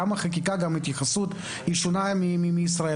החקיקה, וגם ההתייחסות, היא שונה מישראל.